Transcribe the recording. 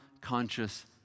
conscious